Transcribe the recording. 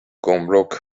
گمرک